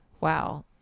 Wow